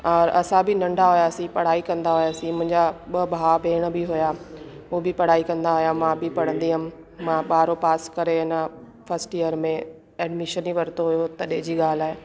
और असां बि नंढा हुआसीं पढ़ाई कंदा हुआसीं मुंहिंजा ॿ भाऊ भेण बि हुया उहो बि पढ़ाई कंदा हुया मां बि पढ़ंदी हुयमि मां ॿारहो पास करे अञा फस्ट ईयर में एडमिशन ई वरितो हुयो तॾहिं जी ॻाल्हि आहे